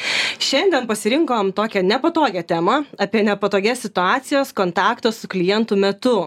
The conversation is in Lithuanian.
šiandien pasirinkom tokią nepatogią temą apie nepatogias situacijas kontakto su klientu metu